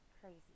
crazy